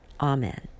Amen